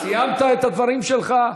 סיימת את הדברים שלך.